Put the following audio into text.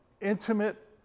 Intimate